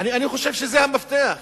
אני חושב שזה המפתח.